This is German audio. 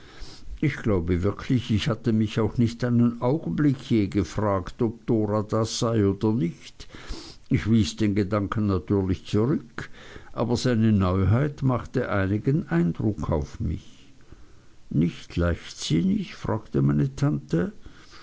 ich glaube wirklich ich hatte mich auch nicht einen augenblick je gefragt ob dora das sei oder nicht ich wies den gedanken natürlich zurück aber seine neuheit machte einigen eindruck auf mich richt leichtsinnig fragte meine tante